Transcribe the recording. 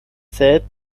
zählt